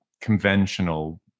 conventional